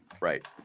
Right